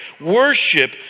worship